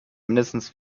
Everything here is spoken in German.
mindestens